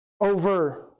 over